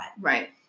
Right